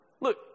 Look